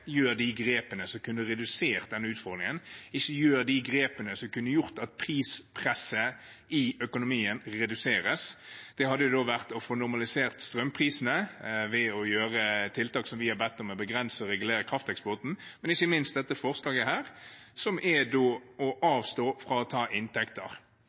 de grepene som kunne redusert denne utfordringen, og som kunne gjort at prispresset i økonomien ble redusert. Det kunne vært å få normalisert strømprisene ved å gjøre tiltak som vi har bedt om, med å begrense og regulere krafteksporten, men ikke minst ved gå inn for dette forslaget, som går ut på å avstå fra å ta inntekter.